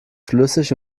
flüssig